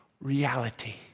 reality